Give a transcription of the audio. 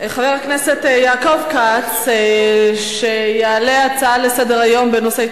חבר הכנסת יעקב כץ יעלה הצעה לסדר-היום שמספרה 5814 בנושא: